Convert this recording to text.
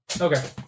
Okay